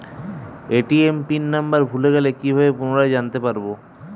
ATM pin number ভুলে গেলে কি ভাবে পুনরায় জানতে পারবো?